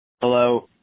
Hello